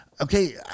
Okay